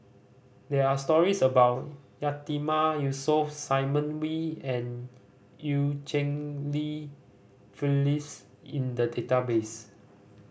there are stories about Yatiman Yusof Simon Wee and Eu Cheng Li Phyllis in the database